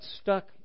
stuck